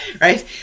right